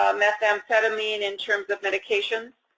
methamphetamine, in terms of medication?